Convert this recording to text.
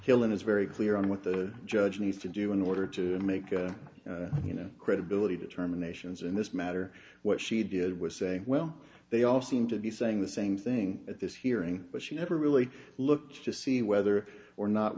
killing is very clear on what the judge needs to do in order to make you know credibility determinations in this matter what she did was saying well they all seem to be saying the same thing at this hearing but she never really looked to see whether or not